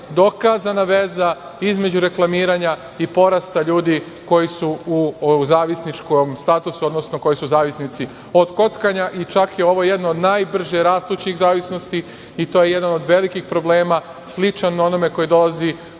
dokazana veza između reklamiranja i porasta ljudi koji su u zavisničkom statusu, odnosno koji su zavisnici od kockanja i čak je ovo jedno od najbržih rastućih zavisnosti i to je jedan od velikih problema sličan onome koji dolazi